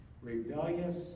rebellious